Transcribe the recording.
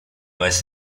vez